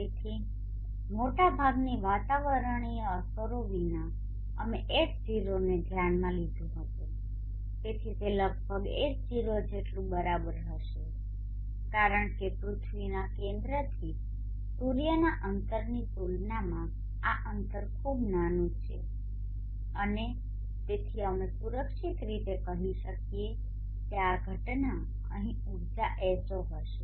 તેથી મોટાભાગની વાતાવરણીય અસરો વિના અમે H0 ને ધ્યાનમાં લીધું હતું તેથી તે લગભગ H0 જેટલું બરાબર હશે કારણ કે પૃથ્વીના કેન્દ્રથી સૂર્યના અંતરની તુલનામાં આ અંતર ખૂબ જ નાનું છે અને તેથી અમે સુરક્ષિત રીતે કહી શકીએ કે આ ઘટના અહીં ઉર્જા H0હશે